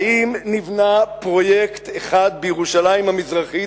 האם נבנה פרויקט אחד בירושלים המזרחית